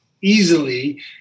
easily